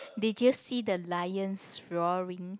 did you see the lions roaring